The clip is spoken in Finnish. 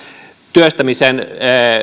työstämisen